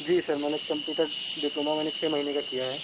جی sir میں نے computer diploma میں نے چھ مہینے کا کیا ہے